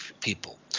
people